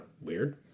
weird